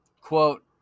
quote